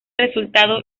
resultado